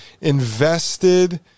invested